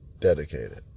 dedicated